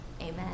Amen